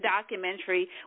documentary